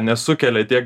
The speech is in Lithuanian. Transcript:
nesukelia tiek